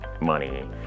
money